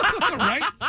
Right